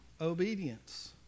obedience